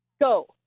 Go